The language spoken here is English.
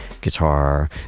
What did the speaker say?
guitar